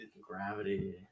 gravity